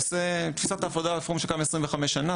עושה את תפיסת העבודה לתחום שקיים 25 שנה,